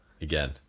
Again